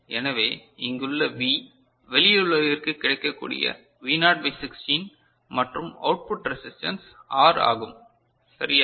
எனவே இங்கு உள்ள V வெளி உலகிற்கு கிடைக்கக்கூடிய வி நாட் பை 16 மற்றும் அவுட்புட் ரெசிஸ்டன்ஸ் ஆர் ஆகும் சரியா